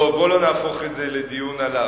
טוב, בואו לא נהפוך את זה לדיון עליו.